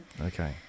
Okay